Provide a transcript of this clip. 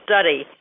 study